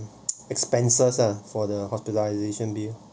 expenses uh for the hospitalisation bill